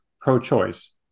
pro-choice